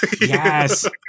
Yes